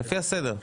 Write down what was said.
הסדר.